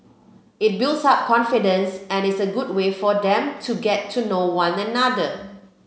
it builds up confidence and is a good way for them to get to know one another